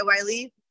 Wiley